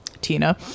tina